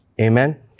Amen